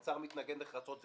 משרד האוצר מתנגד נחרצות.